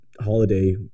holiday